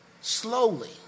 slowly